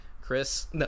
Chris